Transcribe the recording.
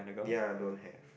ya don't have